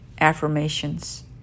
affirmations